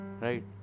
right